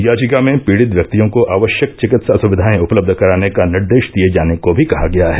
याचिका में पीड़ित व्यक्तियों को आवश्यक चिकित्सा सुविधाएं उपलब्ध कराने का निर्देश दिये जाने को भी कहा गया है